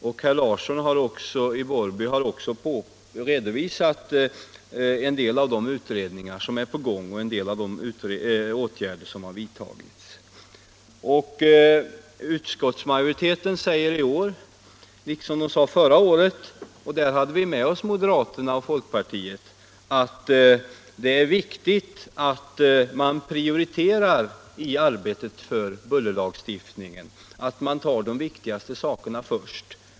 Herr Larsson har också redovisat en del av de utredningar som är på väg och en del av de åtgärder som har vidtagits. Utskottsmajoriteten säger i år liksom förra året — då hade vi med oss moderaterna och folkpartiet — att det är viktigt att man prioriterar i arbetet för bullerlagstiftningen och tar de viktigaste sakerna först.